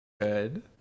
good